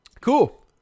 Cool